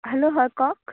hello হয় কওক